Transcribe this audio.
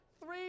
three